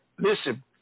Listen